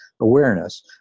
awareness